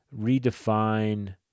redefine